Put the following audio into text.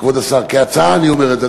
כבוד השר, כהצעה אני אומר את זה.